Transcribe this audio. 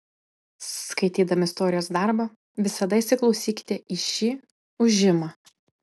skaitydami istorijos darbą visada įsiklausykite į šį ūžimą